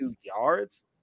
yards